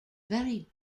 very